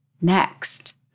next